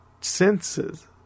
senses